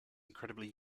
incredibly